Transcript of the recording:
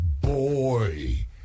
boy